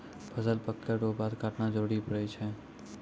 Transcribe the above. फसल पक्कै रो बाद काटना जरुरी पड़ै छै